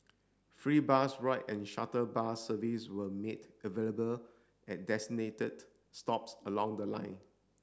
free bus ride and shuttle bus service were made available at designated stops along the line